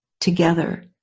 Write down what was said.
together